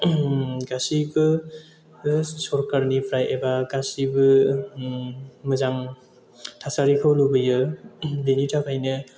गासैबो सरकारनिफ्राय एबा गासैबो मोजां थासारिखौ लुबैयो बेनि थाखायनो